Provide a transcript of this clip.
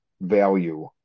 value